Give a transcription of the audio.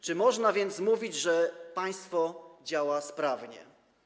Czy można więc mówić, że państwo działa sprawnie?